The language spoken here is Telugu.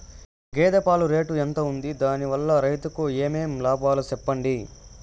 గేదె పాలు రేటు ఎంత వుంది? దాని వల్ల రైతుకు ఏమేం లాభాలు సెప్పండి?